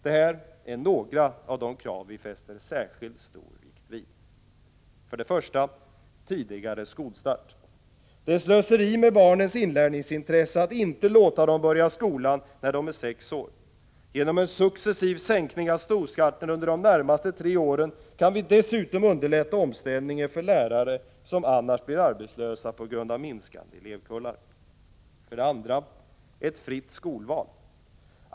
Det här är några av de krav som vi fäster särskilt stor vikt vid: 1. Tidigare skolstart. Det är slöseri med barnens inlärningsintresse att inte låta dem börja skolan när de är sex år. Genom en successiv sänkning av skolstarten under de närmaste tre åren kan vi dessutom underlätta omställningen för lärare, som annars blir arbetslösa på grund av minskande elevkullar. 2. Fritt skolval.